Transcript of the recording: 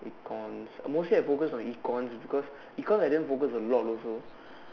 econs mostly I focus on econs it's because econs I didn't focus a lot also